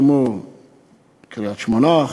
כמו קריית-שמונה,